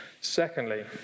Secondly